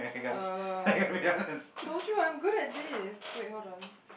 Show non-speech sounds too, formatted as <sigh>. uh <breath> told you I'm good at this wait hold on